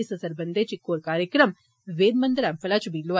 इस सरबंधै च इक होर कार्यक्रम वेद मंदर अम्बफला च होआ